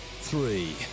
three